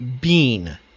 Bean